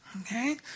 okay